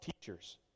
teachers